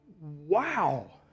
wow